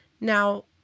Now